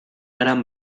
gran